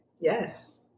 Yes